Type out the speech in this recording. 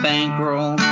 Bankroll